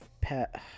pet